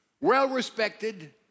well-respected